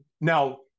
now